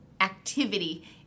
activity